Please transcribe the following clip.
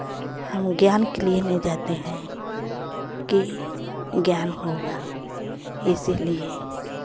हम ज्ञान के लिए नहीं जाते हैं कि ज्ञान होगा इसीलिए